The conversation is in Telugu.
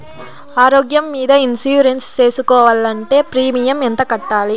ఆరోగ్యం మీద ఇన్సూరెన్సు సేసుకోవాలంటే ప్రీమియం ఎంత కట్టాలి?